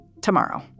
tomorrow